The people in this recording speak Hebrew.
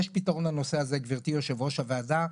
שיש פתרון לנושא הזה גברתי יושבת ראש הוועדה,